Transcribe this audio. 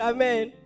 Amen